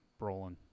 Brolin